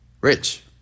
rich